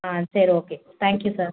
ஆ சரி okay thank you sir